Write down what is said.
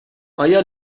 آیا